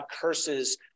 curses